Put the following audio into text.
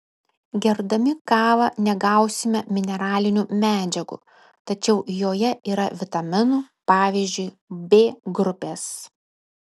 gerdami kavą negausime mineralinių medžiagų tačiau joje yra vitaminų pavyzdžiui b grupės